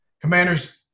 commanders